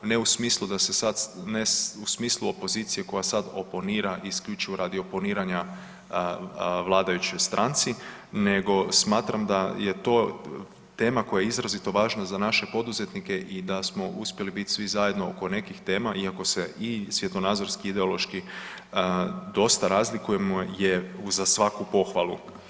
Ne u smislu da se sad, ne u smislu opozicije koja sad oponira isključivo radi oponiranja vladajućoj stranci, nego smatram da je to tema koja je izrazito važna za naše poduzetnike i da smo uspjeli biti svi zajedno ono nekih tema iako se i svjetonazorski i ideološki dosta razlikujemo je za svaku pohvalu.